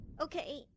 Okay